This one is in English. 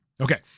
Okay